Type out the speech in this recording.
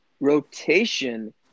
rotation